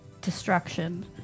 destruction